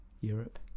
Europe